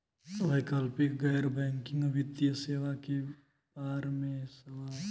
वैकल्पिक गैर बैकिंग वित्तीय सेवा के बार में सवाल?